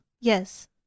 Yes